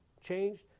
changed